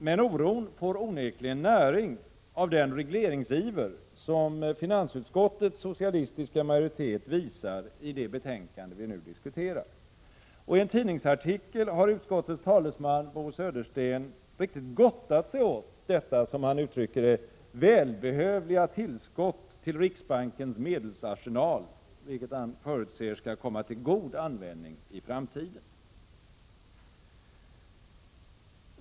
Men oron får onekligen näring av den regleringsiver som finansutskottets socialistiska majoritet visar i det betänkande vi nu diskuterar. Och i en tidningsartikel har utskottets talesman Bo Södersten riktigt gottat sig åt detta, som han uttrycker det, välbehövliga tillskott till riksbankens medelsarsenal, vilket han förutser skall komma till god användning i framtiden.